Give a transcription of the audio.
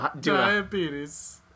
Diabetes